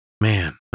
Man